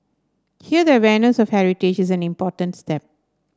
here the awareness of heritage is an important step